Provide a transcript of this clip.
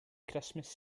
christmas